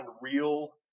real